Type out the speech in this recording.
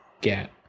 get